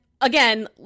again